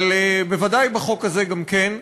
אבל ודאי בחוק הזה גם כן.